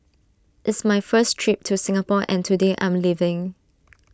it's my first trip to Singapore and today I'm leaving